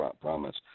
promise